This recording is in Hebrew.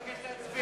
אני מבקש להצביע.